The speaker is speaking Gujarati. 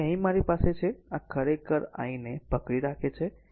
તેથી અહીં મારી પાસે છે આ ખરેખર I ને પકડી રાખે છે